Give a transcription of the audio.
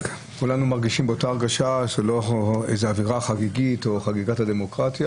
כולנו עם אותה הרגשה שזאת לא אווירה חגיגית או חגיגה דמוקרטית.